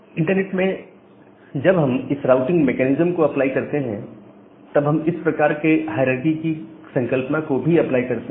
internet में जब भी हम इस राउटिंग मैकेनिज्म को अप्लाई करते हैं तब हम इस प्रकार के हायरारकी की संकल्पना को भी अप्लाई करते हैं